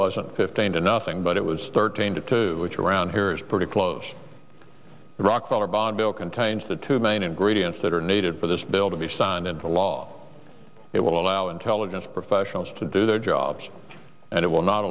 wasn't fifteen to nothing but it was starting to which around here is pretty close rockefeller bob bill contains the two main ingredients that are needed for this bill to be signed into law it will allow intelligence professionals to do their jobs and it will not